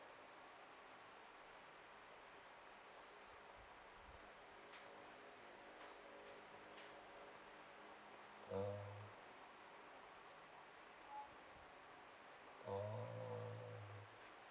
ah oh